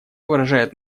выражает